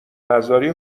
نذاری